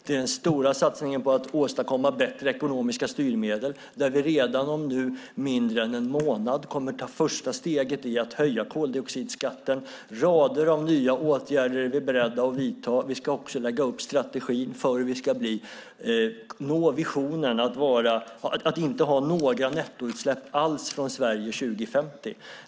Det är den stora satsningen på att åstadkomma bättre ekonomiska styrmedel där vi redan om mindre än en månad kommer att ta första steget i att höja koldioxidskatten. Rader av nya åtgärder är vi beredda att vidta. Vi ska också lägga upp strategi för hur vi ska nå visionen att inte ha några nettoutsläpp alls från Sverige 2050.